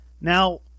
Now